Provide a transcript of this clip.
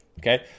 Okay